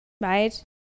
right